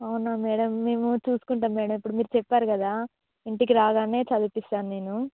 అవునా మేడమ్ మేము చూసుకుంటాము మేడమ్ ఇప్పుడు మీరు చెప్పారు కదా ఇంటికి రాగానే చదివిపిస్తాను నేను